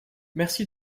merci